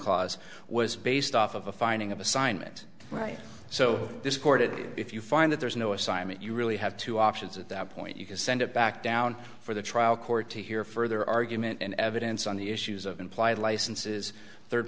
cause was based off of a finding of assignment right so this court it if you find that there is no assignment you really have two options at that point you can send it back down for the trial court to hear further argument and evidence on the issues of implied licenses third